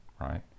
right